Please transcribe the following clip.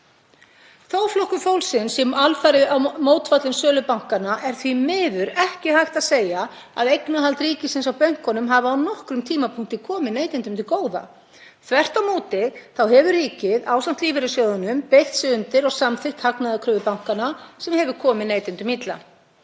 Flokkur fólksins sé alfarið mótfallinn sölu bankanna er því miður ekki hægt að segja að eignarhald ríkisins á bönkunum hafi á nokkrum tímapunkti komið neytendum til góða. Þvert á móti hefur ríkið, ásamt lífeyrissjóðunum, beygt sig undir og samþykkt hagnaðarkröfur bankanna, sem hefur komið neytendum illa.